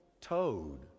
toad